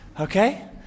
Okay